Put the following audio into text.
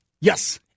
Yes